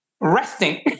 Resting